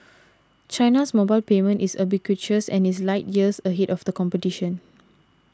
China's mobile payment is ubiquitous and is light years ahead of the competition